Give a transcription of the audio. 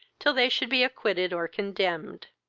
till they should be acquitted or condemned.